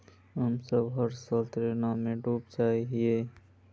हम सब हर साल ऋण में डूब जाए हीये?